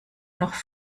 noch